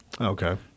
Okay